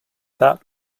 that